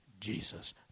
Jesus